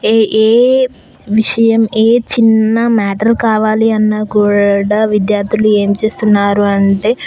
ఏ ఏ విషయం ఏ చిన్న మేటర్ కావాలి అన్న కూడా విద్యార్థులు ఏం చేస్తున్నారు అంటే